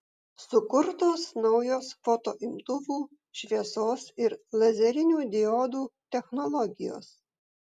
sukurtos naujos fotoimtuvų šviesos ir lazerinių diodų technologijos